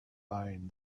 eyeing